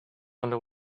only